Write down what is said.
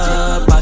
up